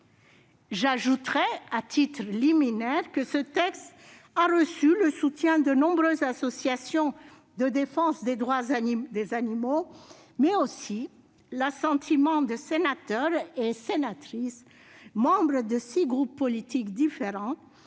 J'ajouterai, à titre liminaire, que ce texte a reçu le soutien de nombreuses associations de défense des droits des animaux, mais aussi l'assentiment de sénateurs et sénatrices membres de six groupes politiques différents,